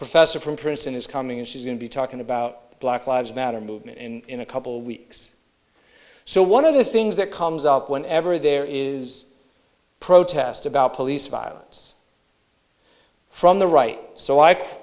professor from princeton is coming in she's going to be talking about black lives matter movement in in a couple weeks so one of the things that comes up whenever there is a protest about police violence from the right so